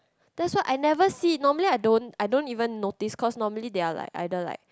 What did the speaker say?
that's why I never see normally I don't I don't even notice cause they are like either like